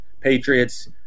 Patriots